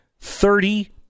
Thirty